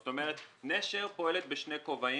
זאת אומרת ש"נשר" פועלת בשני כובעים,